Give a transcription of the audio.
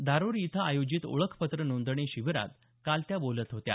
धारुर इथं आयोजित ओळखपत्र नोंदणी शिबीरात काल त्या बोलत होत्या